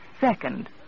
Second